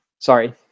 Sorry